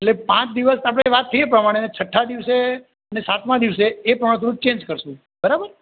એટલે પાંચ દિવસ આપણે વાત થઇ એ પ્રમાણે અને છઠ્ઠા દિવસે અને સાતમા દિવસે એ પ્રમાણે થોડું ચેન્જ કરીશું બરાબર